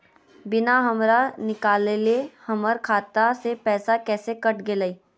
बिना हमरा निकालले, हमर खाता से पैसा कैसे कट गेलई?